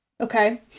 okay